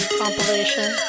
compilation